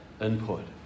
input